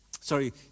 sorry